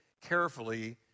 carefully